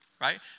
Right